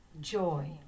joy